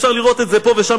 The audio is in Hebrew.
אפשר לראות את זה פה ושם,